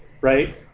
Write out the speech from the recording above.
right